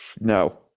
no